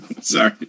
sorry